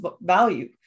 value